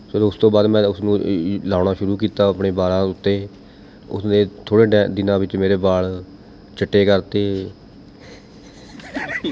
ਫਿਰ ਉਸ ਤੋਂ ਬਾਅਦ ਮੈਂ ਉਸਨੂੰ ਲਾਉਣਾ ਸ਼ੁਰੂ ਕੀਤਾ ਆਪਣੇ ਬਾਲਾਂ ਉੱਤੇ ਉਸਦੇ ਥੋੜ੍ਹੇ ਡੈ ਦਿਨਾਂ ਵਿੱਚ ਮੇਰੇ ਬਾਲ਼ ਚਿੱਟੇ ਕਰਤੇ